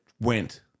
went